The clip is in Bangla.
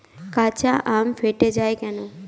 কাঁচা আম ফেটে য়ায় কেন?